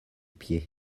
pied